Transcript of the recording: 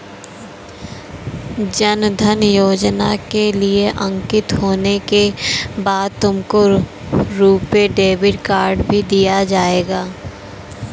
जन धन योजना के लिए अंकित होने के बाद तुमको रुपे डेबिट कार्ड भी दिया जाएगा